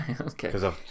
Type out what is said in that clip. Okay